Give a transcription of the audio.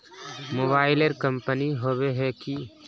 कोई कंपनी होबे है की?